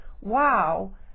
wow